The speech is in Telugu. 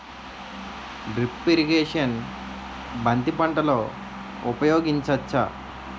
డ్రిప్ ఇరిగేషన్ బంతి పంటలో ఊపయోగించచ్చ?